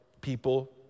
people